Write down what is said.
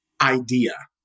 idea